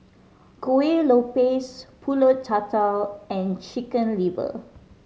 Kuih Lopes Pulut Tatal and Chicken Liver